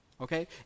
okay